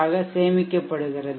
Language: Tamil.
ஆக சேமிக்கப்படுகிறது